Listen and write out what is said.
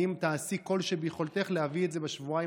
האם תעשי כל שביכולתך להביא את זה בשבועיים